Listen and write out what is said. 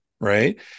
Right